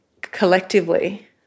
collectively